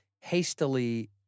hastily